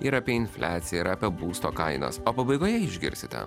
ir apie infliaciją ir apie būsto kainas o pabaigoje išgirsite